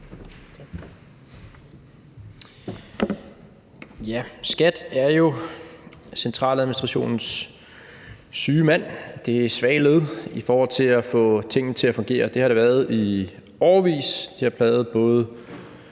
er jo centraladministrationens syge mand, det svage led i forhold til at få tingene til at fungere. Det har den været i årevis, og det har plaget både